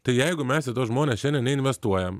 tai jeigu mes į tuos žmones šiandien neinvestuojam